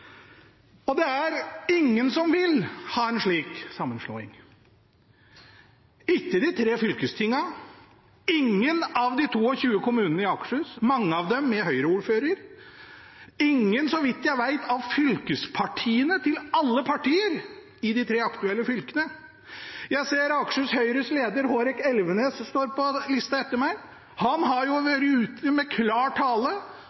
Det er ingen som vil ha en slik sammenslåing: ikke de tre fylkestingene, ingen av de 22 kommunene i Akershus – mange av dem med Høyre-ordfører – og, så vidt jeg vet, ingen av fylkespartiene til alle partier i de tre aktuelle fylkene. Jeg ser at Akershus Høyres leder, Hårek Elvenes, står på lista etter meg. Han har jo vært ute med klar tale